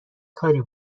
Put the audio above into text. کاری